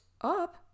up